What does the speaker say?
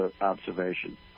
observation